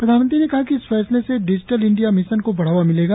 प्रधानमंत्री ने कहा कि इस फैसले से डिजिटल इंडिया मिशन को बढ़ावा मिलेगा